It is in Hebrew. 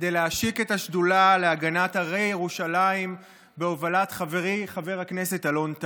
כדי להשיק את השדולה להגנת הרי ירושלים בהובלת חברי חבר הכנסת אלון טל.